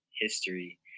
history